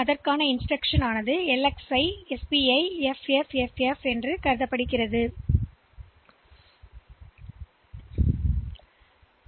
எனவே instruction L X I S P F F F F hex instruction stack சுட்டிக்காட்டி ஏற்றப்படும் என்றால் இது எஃப்எஃப்எஃப்எஃப் ஹெக்ஸ் மதிப்பு என்றால்